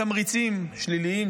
תמריצים שליליים,